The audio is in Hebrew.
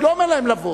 אני לא אומר להם לבוא.